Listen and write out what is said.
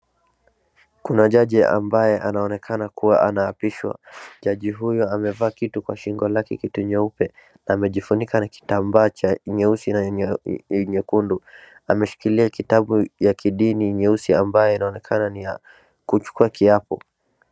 Kuna jaji ambaye anaonekana kuwa anaapishwa. Jaji huyo amevaa kitu kwa shingo lake kitu nyeupe, amejifunika kwa kitambaa cha nyeusi na nyekundu, ameshikilia kitabu cha kidini nyeusi ambacho kinaonekana kuwa ni cha kuchukua kiapo.